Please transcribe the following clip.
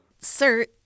Sir